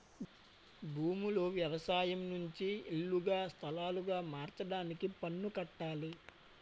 భూములు వ్యవసాయం నుంచి ఇల్లుగా స్థలాలుగా మార్చడానికి పన్ను కట్టాలి